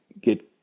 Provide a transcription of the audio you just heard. get